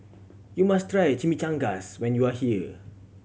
you must try Chimichangas when you are here